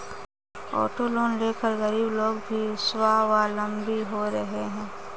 auto loan लेकर गरीब लोग भी स्वावलम्बी हो रहे हैं